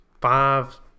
five